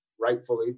rightfully